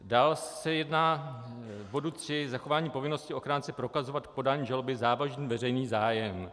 Dál se jedná v bodu 3 zachování povinnosti ochránce prokazovat k podání žaloby závažný veřejný zájem.